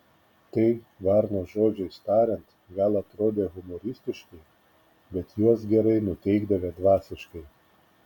tai varno žodžiais tariant gal atrodę humoristiškai bet juos gerai nuteikdavę dvasiškai